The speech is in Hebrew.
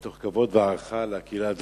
מתוך כבוד והערכה לקהילה הדרוזית,